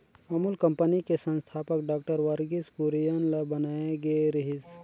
Amul company के संस्थापक doctor Verghese Kurien ल बनाए गे रिहिस